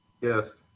Yes